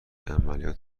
عملیات